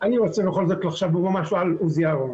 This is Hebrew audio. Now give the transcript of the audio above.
אני בכל זאת רוצה לומר משהו על עוזי אהרון.